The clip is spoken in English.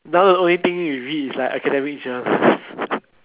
now the only thing you read is like academic junk